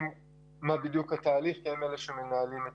מה בדיוק התהליך כי הם אלה שמנהלים.